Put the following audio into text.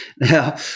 Now